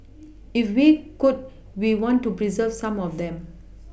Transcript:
if we could we want to pReserve some of them